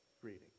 greeting